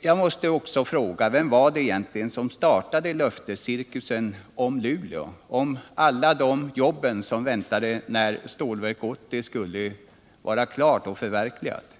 Jag vill också fråga: Vem var det egentligen som startade löftescirkusen om Luleå, om alla de jobb som skulle vänta när Stålverk 80 var klart och förverkligat?